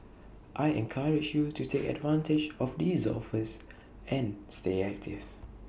I encourage you to take advantage of these offers and stay active